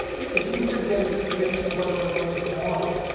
if you could get a good prediction of whether it would rain tomorrow,